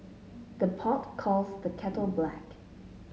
the pot calls the kettle black